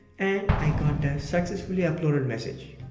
and i got the successfully uploaded message,